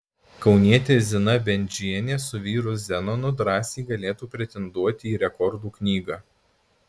kaunietė zina bendžienė su vyru zenonu drąsiai galėtų pretenduoti į rekordų knygą